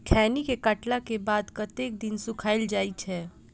खैनी केँ काटला केँ बाद कतेक दिन सुखाइल जाय छैय?